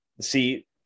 See